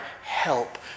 help